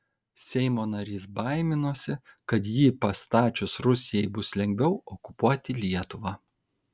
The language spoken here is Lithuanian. seimo narys baiminosi kad jį pastačius rusijai bus lengviau okupuoti lietuvą